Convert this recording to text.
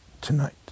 tonight